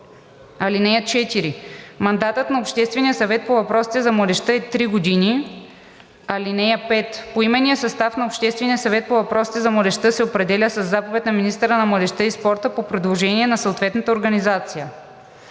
(4) Мандатът на Обществения съвет по въпросите за младежта е три години. (5) Поименният състав на Обществения съвет по въпросите за младежта се определя със заповед на министъра на младежта и спорта по предложение на съответната организация.